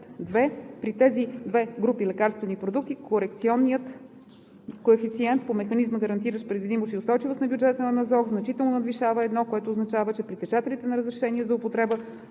При тези две групи лекарствени продукти, корекционният коефициент по механизма, гарантиращ предвидимост и устойчивост на бюджета на НЗОК, значително надвишава 1, което означава, че притежателите на разрешения за употреба